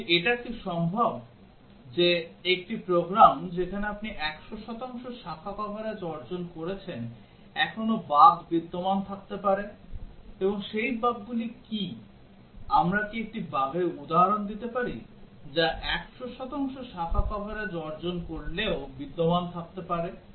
কিন্তু এটা কি সম্ভব যে একটি প্রোগ্রাম যেখানে আপনি 100 শতাংশ শাখা কভারেজ অর্জন করেছেন এখনও বাগ বিদ্যমান থাকতে পারে এবং সেই বাগগুলি কি আমরা কি একটি বাগের উদাহরণ দিতে পারি যা 100 শতাংশ শাখা কভারেজ অর্জন করলেও বিদ্যমান থাকতে পারে